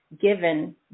given